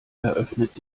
eröffnet